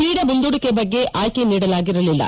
ಕ್ರೀಡೆ ಮುಂದೂಡಿಕೆ ಬಗ್ಗೆ ಆಯ್ಲೆ ನೀಡಲಾಗಿರಲಿಲ್ಲ